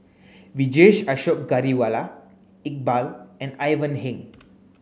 Vijesh Ashok Ghariwala Iqbal and Ivan Heng